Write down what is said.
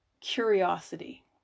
curiosity